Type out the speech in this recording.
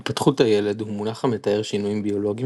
התפתחות הילד הוא מונח המתאר שינויים ביולוגיים